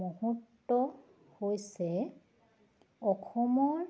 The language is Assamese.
মুহূৰ্ত হৈছে অসমৰ